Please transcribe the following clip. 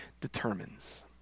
determines